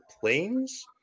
planes